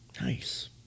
Nice